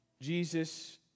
Jesus